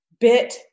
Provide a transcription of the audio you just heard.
bit